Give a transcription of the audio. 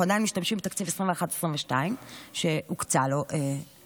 אנחנו עדיין משתמשים בתקציב 2021 2022 שהוקצה לו תקציב,